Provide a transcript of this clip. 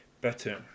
better